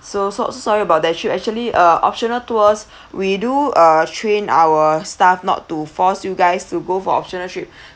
so so so sorry about that trip actually uh optional tours we do uh train our staff not to force you guys to go for optional trip